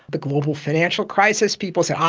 the global financial crisis, people said, ah,